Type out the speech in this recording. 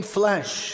flesh